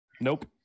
nope